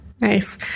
Nice